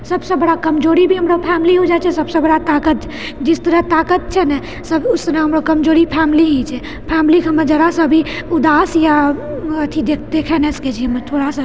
सबसँ बड़ा कमजोरी भी हमरो फैमिली हो जाइछे सबसँ बड़ा ताकत जिस तरह ताकत छैने सब उसतरह हमर कमजोरी भी फैमिली ही छै फेमिलीके हम जरा सा भी उदास या अथि देखए नहि सकैछिए हम थोड़ा सा